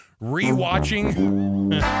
re-watching